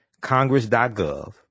Congress.gov